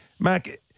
Mac